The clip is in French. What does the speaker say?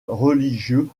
religieux